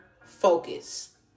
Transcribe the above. focus